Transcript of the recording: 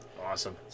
Awesome